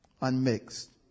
unmixed